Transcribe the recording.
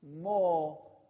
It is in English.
more